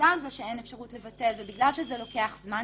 בגלל שאין אפשרות לבטל ובגלל שזה לוקח זמן,